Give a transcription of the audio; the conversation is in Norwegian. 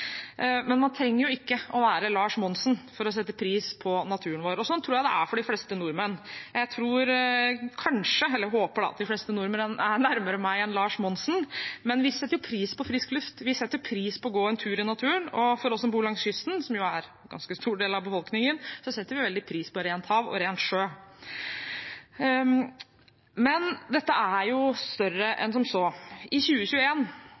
Men man trenger ikke være Lars Monsen for å sette pris på naturen vår, og sånn tror jeg det er for de fleste nordmenn. Jeg tror kanskje, eller håper, at de fleste nordmenn er nærmere meg enn Lars Monsen, men vi setter jo pris på frisk luft, vi setter pris på å gå en tur i naturen, og vi som bor langs kysten, som jo er en ganske stor del av befolkningen, setter veldig pris på rent hav og ren sjø. Men dette er større enn som så. 2021, det året vi er i